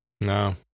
No